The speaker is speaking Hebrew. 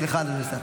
סליחה, אדוני השר.